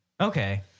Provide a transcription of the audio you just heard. Okay